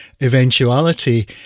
eventuality